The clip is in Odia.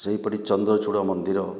ସେହିପରି ଚନ୍ଦ୍ରଚୂଡ଼ ମନ୍ଦିର